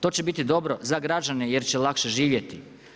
To će biti dobro za građane jer će lakše živjeti.